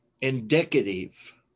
indicative